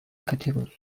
categories